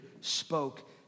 spoke